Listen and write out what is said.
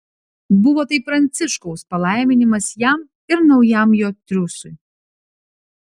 buvo tai pranciškaus palaiminimas jam ir naujam jo triūsui